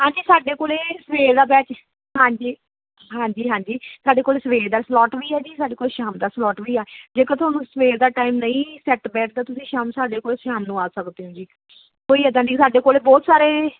ਹਾਂਜੀ ਸਾਡੇ ਕੋਲ ਸਵੇਰ ਦਾ ਬੈਚ ਹਾਂਜੀ ਹਾਂਜੀ ਹਾਂਜੀ ਸਾਡੇ ਕੋਲ ਸਵੇਰ ਦਾ ਸਲੋਟ ਵੀ ਹੈ ਜੀ ਸਾਡੇ ਕੋਲ ਸ਼ਾਮ ਦਾ ਸਲੋਟ ਵੀ ਆ ਜੇਕਰ ਤੁਹਾਨੂੰ ਸਵੇਰ ਦਾ ਟਾਈਮ ਨਹੀਂ ਸੈਟ ਬੈਠਦਾ ਤੁਸੀਂ ਸ਼ਾਮ ਸਾਡੇ ਕੋਲ ਸ਼ਾਮ ਨੂੰ ਆ ਸਕਦੇ ਹੋ ਜੀ ਕੋਈ ਇੱਦਾਂ ਦੀ ਸਾਡੇ ਕੋਲ ਬਹੁਤ ਸਾਰੇ